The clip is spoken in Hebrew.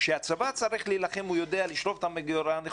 כשהצבא צריך להילחם הוא יודע להשתמש בתוכניות מגירה.